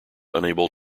unable